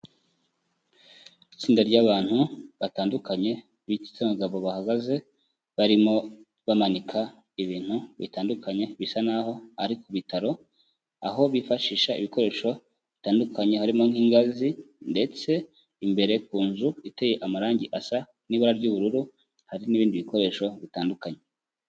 Itsinda ry'abantu batandukanye b'igitsina gabo bahagaze barimo bamanika ibintu bitandukanye bisa nk'aho ari ku bitaro, aho bifashisha ibikoresho bitandukanye, harimo nk'ingazi ndetse imbere ku nzu iteye amarange asa n'ibara ry'ubururu, hari n'ibindi bikoresho bitandukanye.